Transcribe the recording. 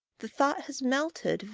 the thought has melted,